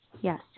Yes